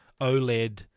OLED